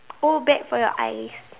oh bad for your eyes